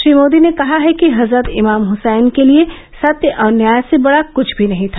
श्री मोदी ने कहा है कि हजरत इमाम ह्सैन के लिए सत्य और न्याय से बड़ा कुछ भी नहीं था